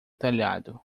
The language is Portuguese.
telhado